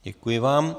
Děkuji vám.